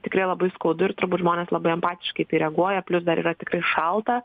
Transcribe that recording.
tikrai labai skaudu ir turbūt žmonės labai empatiškai į tai reaguoja plius dar yra tikrai šalta